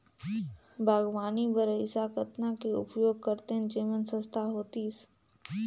बागवानी बर ऐसा कतना के उपयोग करतेन जेमन सस्ता होतीस?